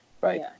right